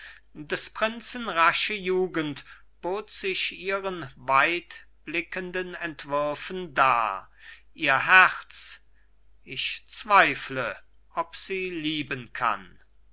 des prinzen rasche jugend bot sich ihren weitblickenden entwürfen dar ihr herz ich zweifle ob sie lieben kann